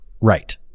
Right